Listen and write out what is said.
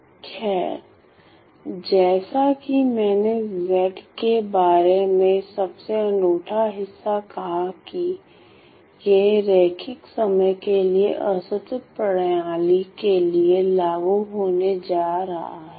खैर जैसा कि मैंने Z के बारे में सबसे अनूठा हिस्सा कहा कि यह रैखिक समय के लिए असतत प्रणाली के लिए लागू होने जा रहा है